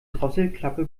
drosselklappe